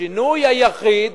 השינוי היחיד